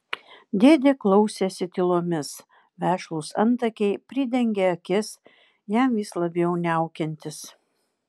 dėdė klausėsi tylomis vešlūs antakiai pridengė akis jam vis labiau niaukiantis